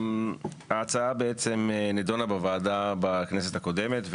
ההצעה נידונה בוועדה בכנסת הקודמת,